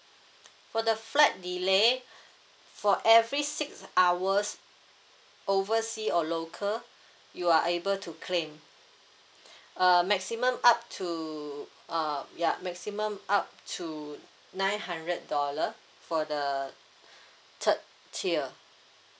for the flight delay for every six hours oversea or local you are able to claim uh maximum up to uh ya maximum up to nine hundred dollar for the third tier